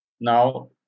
now